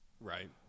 Right